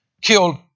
killed